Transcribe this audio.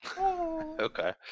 Okay